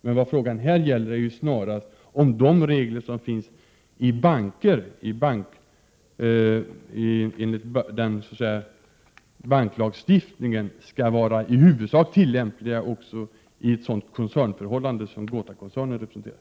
Men vad frågan här gäller är ju snarast om de regler som finns i banklagstiftningen skall vara i huvudsak tillämpliga också på ett sådant koncernförhållande som GotaGruppen-koncernen representerar.